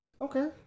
Okay